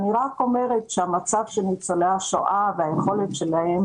אני רק אומרת שהמצב של ניצולי השואה והיכולת שלהם